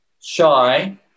shy